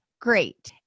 great